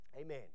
Amen